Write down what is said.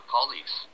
colleagues